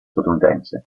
statunitense